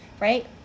right